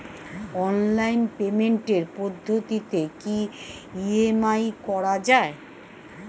Online পেমেন্টের পদ্ধতিতে কি ই.এম.আই করা যায়?